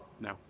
No